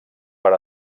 per